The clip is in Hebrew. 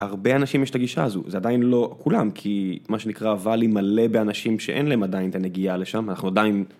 הרבה אנשים יש את הגישה הזו זה עדיין לא כולם כי מה שנקרא Valley מלא באנשים שאין להם עדיין את הנגיעה לשם אנחנו עדיין.